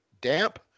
damp